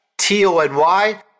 T-O-N-Y